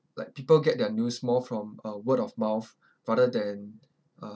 like people get their news more from uh word of mouth rather than uh